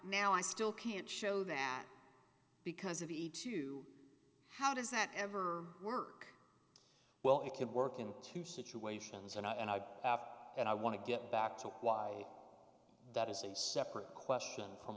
now i still can't show that because of the two how does that ever work well it could work in two situations or not and i and i want to get back to why that is a separate question from